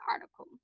article